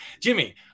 Jimmy